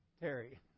Terry